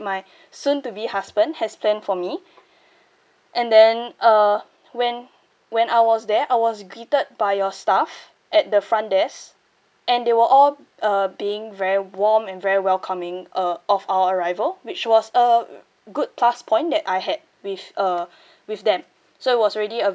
my soon to be husband has planned for me and then uh when when I was there I was greeted by your staff at the front desk and they were all uh being very warm and very welcoming uh of our arrival which was a good plus point that I had with uh with them so it was already a